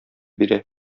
бирә